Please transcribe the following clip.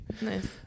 Nice